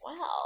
wow